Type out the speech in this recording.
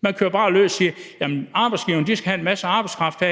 Man kører bare løs og siger, at arbejdsgiverne skal have en masse arbejdskraft,